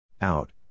out